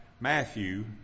Matthew